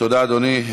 תודה, אדוני.